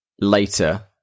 later